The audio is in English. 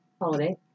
holiday